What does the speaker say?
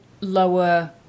lower